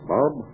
Bob